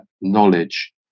knowledge